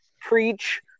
preach